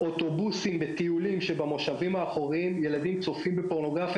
אוטובוסים בטיולים שבמושבים האחרונים ילדים צופים בפורנוגרפיה